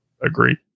agree